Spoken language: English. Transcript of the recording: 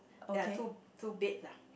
there are two two beds ah